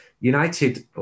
United